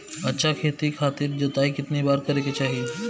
अच्छा खेती खातिर जोताई कितना बार करे के चाही?